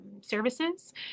services